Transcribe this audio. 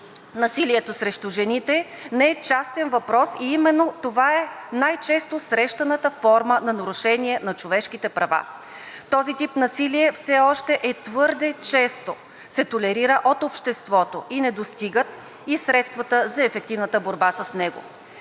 насилието срещу жените не е частен въпрос, и именно това е най-често срещаната форма на нарушение на човешките права. Този тип насилие все още твърде често се толерира от обществото и не достигат и средствата за ефективната борба с него.